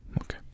Okay